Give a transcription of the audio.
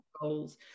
goals